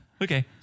Okay